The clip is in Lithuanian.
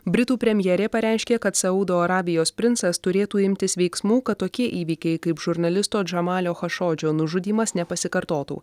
britų premjerė pareiškė kad saudo arabijos princas turėtų imtis veiksmų kad tokie įvykiai kaip žurnalisto džamalio chašodžio nužudymas nepasikartotų